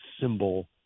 symbol